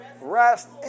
Rest